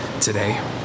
today